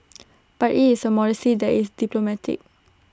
but IT is A modesty that is diplomatic